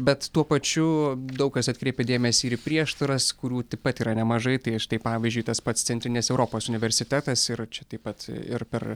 bet tuo pačiu daug kas atkreipė dėmesį ir prieštaras kurių taip pat yra nemažai tai štai pavyzdžiui tas pats centrinės europos universitetas ir čia taip pat ir per